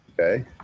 Okay